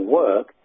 work